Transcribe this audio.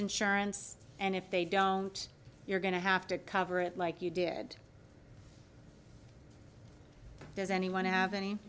insurance and if they don't you're going to have to cover it like you did does anyone have any